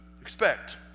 expect